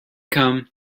come